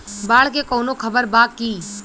बाढ़ के कवनों खबर बा की?